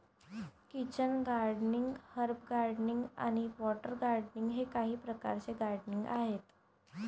kitchen gardening, herb gardening आणि water gardening हे काही प्रकारचे गार्डनिंग आहेत